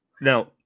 Now